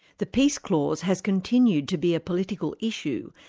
the peace clause has continued to be a political issue,